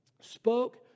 spoke